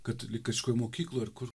katalikiškoj mokykloj ar kur